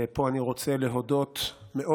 ופה אני רוצה להודות מאוד